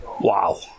wow